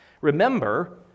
Remember